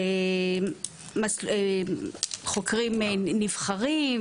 חוקרים נבחרים,